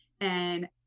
and-